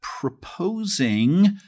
proposing